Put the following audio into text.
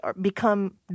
become